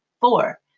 Four